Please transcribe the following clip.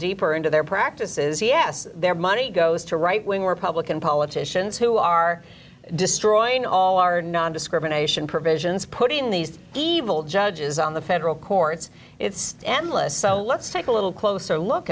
deeper into their practices yes their money goes to right wing republican politicians who are destroying all our nondiscrimination provisions putting these evil judges on the federal courts it's endless so let's take a little closer look